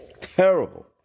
Terrible